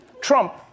Trump